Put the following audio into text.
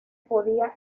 podía